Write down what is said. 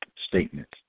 Statements